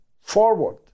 forward